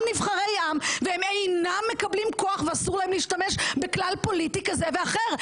נבחרי עם והם אינם מקבלים כוח ואסור להם להשתמש בכלל פוליטי כזה ואחר.